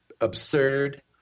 absurd